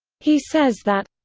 he says that.